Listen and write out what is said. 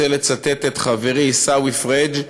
רוצה לצטט את חברי עיסאווי פריג',